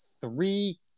three